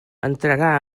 entrarà